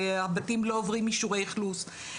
הבתים לא עוברים אישורי אכלוס,